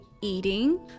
eating